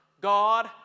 God